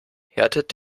härtet